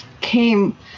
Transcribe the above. came